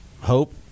Hope